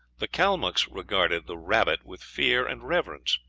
the calmucks regarded the rabbit with fear and reverence.